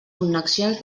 connexions